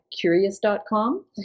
curious.com